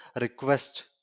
request